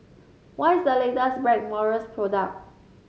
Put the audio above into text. what is the latest Blackmores product